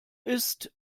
ist